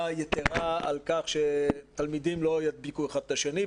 יתרה על כך שתלמידים לא ידביקו אחד את השני,